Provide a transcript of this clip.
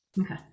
Okay